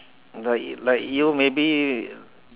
like like you maybe